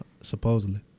supposedly